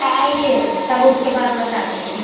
तो आइए तब उसके बाद बताते हैं